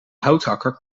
houthakker